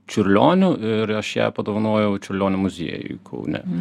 čiurlioniu ir aš ją padovanojau čiurlionio muziejui kaune